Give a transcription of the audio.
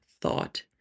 thought